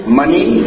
money